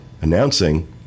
announcing